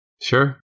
Sure